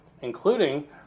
including